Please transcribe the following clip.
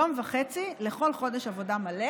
יום וחצי לכל יום עבודה מלא